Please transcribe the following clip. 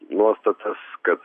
nuostatas kad